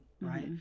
right